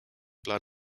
blood